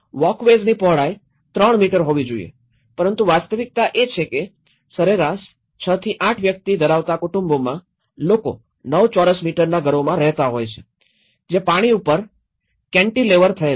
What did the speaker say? વોકવેઝની પહોળાઈ ૩ મીટર હોવી જોઈએ પરંતુ વાસ્તવિકતા એ છે કે સરેરાશ ૬ થી ૮ વ્યક્તિ ધરાવતા કુટુંબોમાં લોકો ૯ ચોરસ મીટરના ઘરોમાં રહેતા હોય છે જે પાણી ઉપર કેન્ટિલેવર થયેલ છે